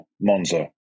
Monza